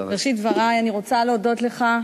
בראשית דברי אני רוצה להודות לך,